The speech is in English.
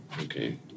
Okay